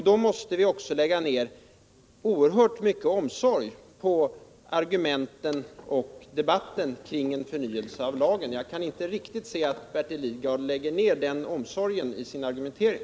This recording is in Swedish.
Då måste vi också lägga ner oerhört mycket omsorg på argumenten i debatten kring en förnyelse av lagen. Jag kan inte riktigt se att Bertil Lidgard lägger ner den omsorgen i sin argumentering.